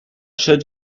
should